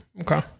okay